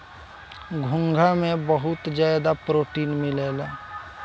घोंघा में बहुत ज्यादा प्रोटीन मिलेला